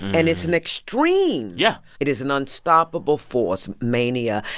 and it's an extreme yeah it is an unstoppable force, mania,